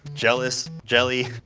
jealous, jelly.